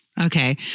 Okay